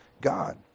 God